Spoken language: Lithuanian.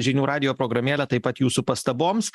žinių radijo programėlė taip pat jūsų pastaboms